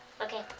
Okay